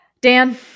Dan